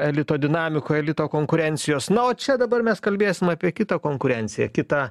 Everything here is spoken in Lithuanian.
elito dinamikoj elito konkurencijos na o čia dabar mes kalbėsim apie kitą konkurenciją kitą